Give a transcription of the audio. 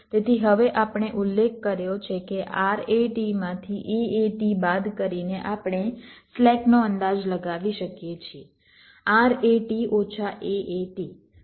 તેથી હવે આપણે ઉલ્લેખ કર્યો છે કે RAT માંથી AAT બાદ કરીને આપણે સ્લેક નો અંદાજ લગાવી શકીએ છીએ RAT ઓછા AAT